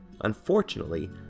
Unfortunately